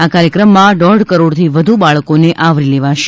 આ કાર્યક્રમમાં દોઢ કરોડથી વધુ બાળકોને આવરી લેવાશે